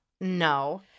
No